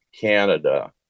canada